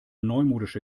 neumodische